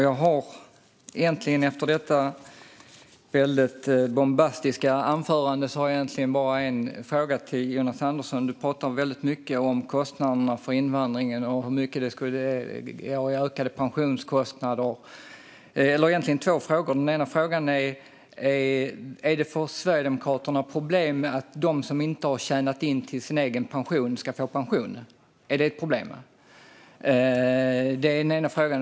Fru talman! Efter detta väldigt bombastiska anförande har jag egentligen bara två frågor till Jonas Andersson. Du pratade väldigt mycket om kostnader för invandringen och ökade pensionskostnader. Den ena frågan är: Är det ett problem för Sverigedemokraterna att de som inte har tjänat in till sin egen pension ska få pension?